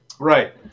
right